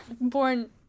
born